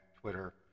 Twitter